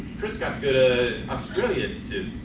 chris got to go to australia to